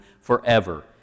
forever